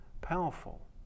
powerful